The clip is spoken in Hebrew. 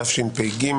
היום י"א בשבט תשפ"ג.